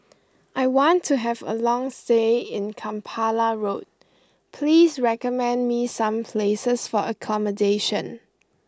I want to have a long stay in Kampala Road please recommend me some places for accommodation